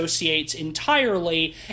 entirely